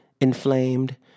inflamed